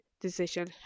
decision